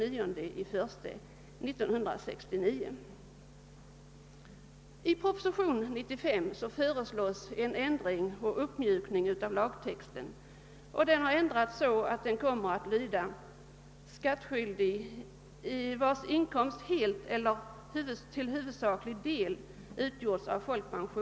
I proposition nr 95 föreslås en ändring och uppmjukning av lagtexten. Den lyder nu: »Skattskyldig, vars inkomst helt eller till huvudsaklig del utgjorts av folkpension ———».